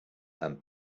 and